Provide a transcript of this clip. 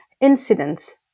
incidents